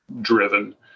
driven